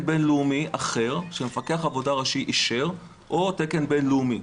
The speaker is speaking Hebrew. בינלאומי אחר שמפקח עבודה ראשי אישר או תקן בינלאומי',